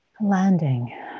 landing